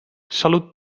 salut